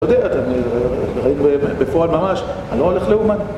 אתה יודע, אני חיים בפועל ממש, אני לא הולך לאומן